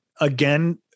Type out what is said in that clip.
again